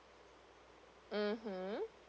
(uh huh)